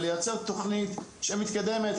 ולייצר תכנית שמתקדמת.